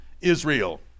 Israel